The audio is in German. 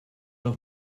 doch